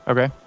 Okay